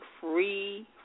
free